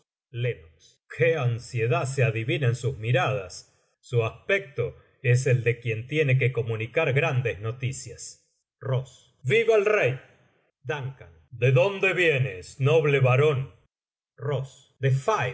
qué ansiedad se adivina en sus miradas su aspecto es el de quien tiene que comunicar grandes noticias ross viva el rey dun de dónde vienes noble barón ross de